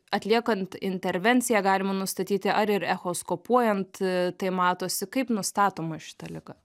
atliekant intervenciją galima nustatyti ar ir echoskopuojant tai matosi kaip nustatoma šita liga